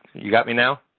you've got me now?